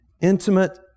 intimate